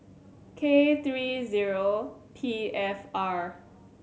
K three zero P F R